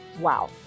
wow